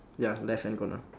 ya left hand corner